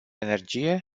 energie